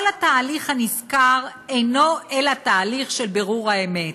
כל התהליך הנזכר אינו אלא תהליך של בירור האמת,